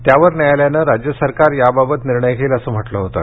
त्यावर न्यायालयानं राज्य सरकार याबाबत निर्णय घेईल असं म्हटलं होतं